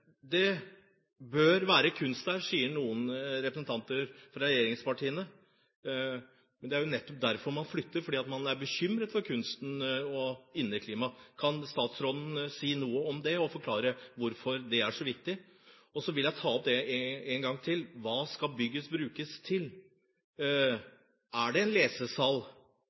Det bør være kunst der, sier noen representanter fra regjeringspartiene. Men det er jo nettopp derfor man flytter, fordi at man er bekymret for kunsten og for inneklimaet. Kan statsråden si noe om det og forklare hvorfor det er så viktig? Og så vil jeg ta opp en gang til: Hva skal bygget brukes til? Er det lesesal,